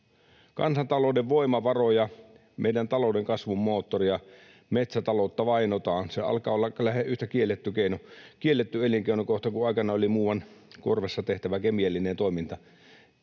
Kansantalouden voimavaroja, meidän talouden kasvun moottoria, metsätaloutta, vainotaan. Se alkaa olla kohta yhtä kielletty elinkeino kuin aikanaan oli muuan korvessa tehtävä kemiallinen toiminta,